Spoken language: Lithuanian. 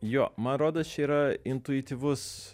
jo man rodos čia yra intuityvus